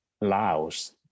Laos